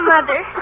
Mother